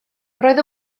roedd